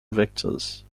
vectors